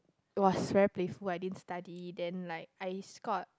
was very playful I didn't study then like I scored